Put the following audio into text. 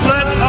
Let